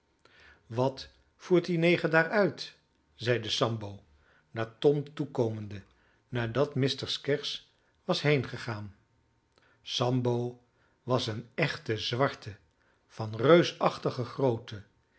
wat voert die neger daar uit zeide sambo naar tom toekomende nadat mr skeggs was heengegaan sambo was een echte zwarte van reusachtige grootte